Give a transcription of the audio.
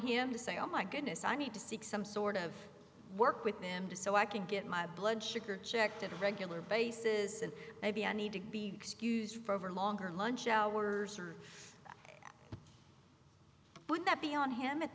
him to say oh my goodness i need to seek some sort of work with them to so i can get my blood sugar checked at a regular basis and maybe i need to be excused for longer lunch hours or would that be on him at